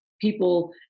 people